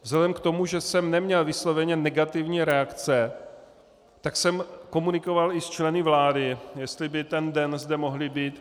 Vzhledem k tomu, že jsem neměl vysloveně negativní reakce, tak jsem komunikoval i s členy vlády, jestli by ten den zde mohli být.